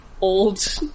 old